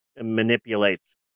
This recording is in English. manipulates